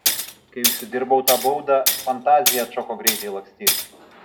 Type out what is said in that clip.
kai užsidirbau tą baudą fantazija atšoko greitai lakstyt